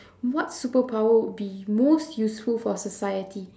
what superpower would be most useful for society